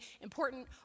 important